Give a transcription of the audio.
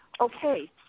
okay